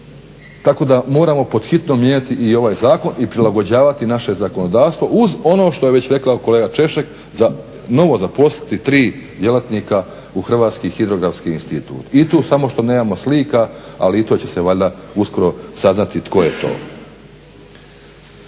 tako da moramo pod hitno mijenjati i ovaj zakon i prilagođavati naše zakonodavstvo uz ono što je već rekao kolega Češek za novo zaposliti 3 djelatnika u Hrvatski hidrografski institut. I tu samo što nemamo slika ali i to će se valjda uskoro saznati tko je to.